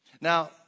Now